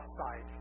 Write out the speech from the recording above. outside